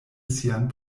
sian